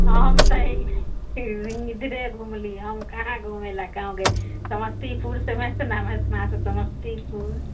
हम तऽ इधरे घुमलियै हम काहाँ घुमय लए कहूँ गेली समस्तीपुर से महेसना महेसना से समस्तीपुर